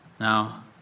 Now